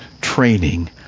training